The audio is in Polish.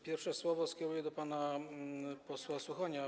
Pierwsze słowo skieruję do pana posła Suchonia.